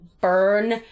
burn